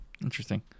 Interesting